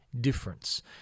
difference